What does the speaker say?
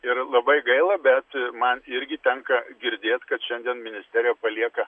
ir labai gaila bet man irgi tenka girdėt kad šiandien ministeriją palieka